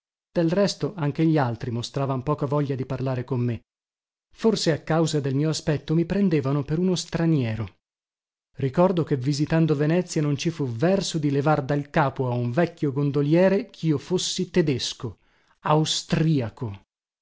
del resto anche gli altri mostravan poca voglia di parlare con me forse a causa del mio aspetto mi prendevano per uno straniero ricordo che visitando venezia non ci fu verso di levar dal capo a un vecchio gondoliere chio fossi tedesco austriaco